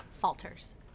falters